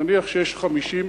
נניח שיש 50,